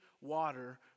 water